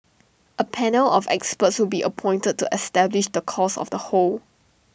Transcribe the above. A panel of experts to be appointed to establish the cause of the hole